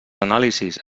anàlisis